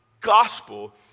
gospel